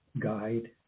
guide